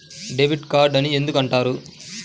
Debit card అని ఎందుకు అంటారు?